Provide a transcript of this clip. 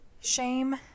Shame